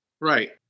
Right